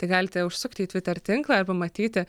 tai galite užsukti į twitter tinklą ir pamatyti